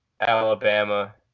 Alabama